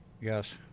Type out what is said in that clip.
Yes